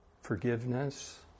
forgiveness